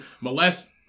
molest